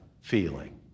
feeling